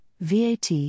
VAT